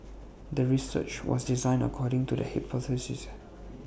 the research was designed according to the hypothesis